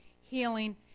healing